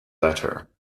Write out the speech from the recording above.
letter